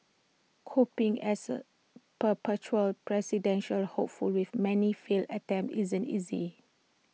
coping as A perpetual presidential hopeful with many failed attempts isn't easy